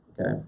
okay